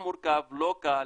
לא קל,